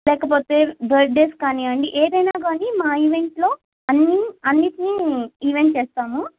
లేకపోతే బర్త్డేస్ కానివ్వండి ఏదైనా గానీ మా ఈవెంట్లో అన్ని అన్నిటినీ ఈవెంట్ చేస్తాము